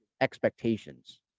expectations